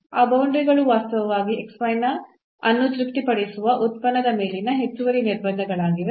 ಆ ಬೌಂಡರಿಗಳು ವಾಸ್ತವವಾಗಿ ಅನ್ನು ತೃಪ್ತಿಪಡಿಸುವ ಉತ್ಪನ್ನದ ಮೇಲಿನ ಹೆಚ್ಚುವರಿ ನಿರ್ಬಂಧಗಳಾಗಿವೆ